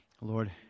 Lord